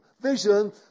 vision